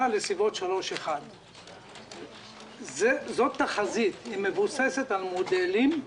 לסביבות 3.1%. זו תחזית שמבוססת על מודלים,